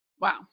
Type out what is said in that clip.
Wow